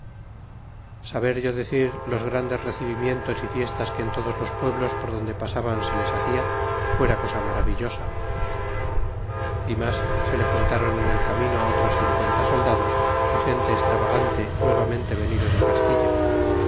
saber yo decir los grandes recebimientos y fiestas que en todos los pueblos por donde pasaban se les hacia fuera cosa maravillosa y mas se le jun tron en el camino otros cincuenta soldados y gente estravagante nuevamente venidos de castilla